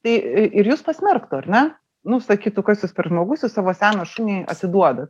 tai ir jus pasmerktų ar ne nu sakytų kas jūs per žmogus jūs savo seną šunį atsiduodat